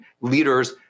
leaders